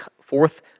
fourth